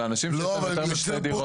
על האנשים שיש להם יותר משתי דירות.